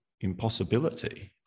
impossibility